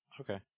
Okay